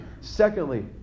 Secondly